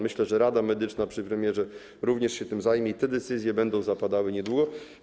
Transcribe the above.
Myślę, że Rada Medyczna przy premierze również się tym zajmie i te decyzje będą zapadały niedługo.